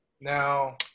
Now